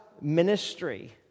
ministry